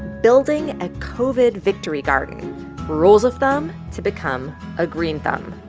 building a covid victory garden rules of thumb to become a green thumb.